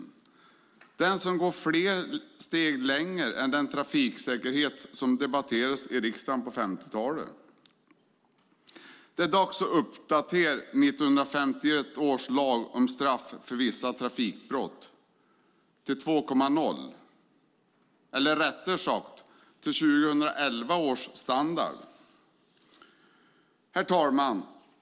Det är den som går flera steg längre än den trafiksäkerhet som debatterades i riksdagen på 50-talet. Det är dags att uppdatera 1951 års lag om straff för vissa trafikbrott till 2.0, eller rättare sagt till 2011 års standard. Herr talman!